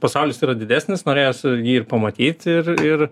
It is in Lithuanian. pasaulis yra didesnis norėjosi jį ir pamatyt ir ir